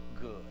good